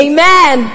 Amen